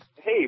Hey